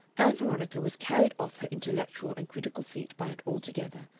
ann veronica was carried off her intellectual and critical feet by it altogether,